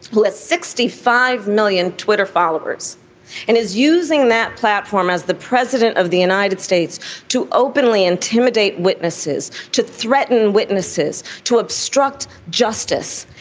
let sixty five million twitter followers and is using that platform as the president of the united states to openly intimidate witnesses to threaten witnesses to obstruct justice.